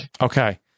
Okay